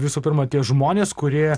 visų pirma tie žmonės kurie